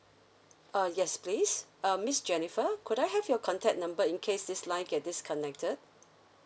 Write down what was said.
uh yes please uh miss jennifer could I have your contact number in case this line get disconnected